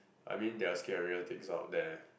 I mean there are scarier things out there